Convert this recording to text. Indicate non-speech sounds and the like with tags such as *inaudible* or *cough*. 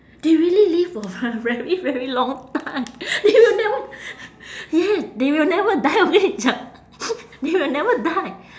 they really live for a ve~ very very long time they will never *laughs* yes they will never die of i~ *laughs* they will never die